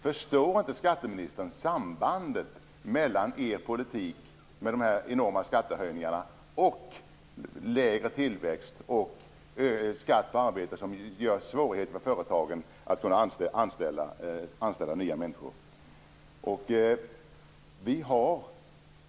Förstår inte skatteministern sambandet mellan er politik, med de enorma skattehöjningarna, och lägre tillväxt, med skatt på arbete som leder till svårigheter för företagen att kunna anställa nya människor?